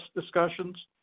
discussions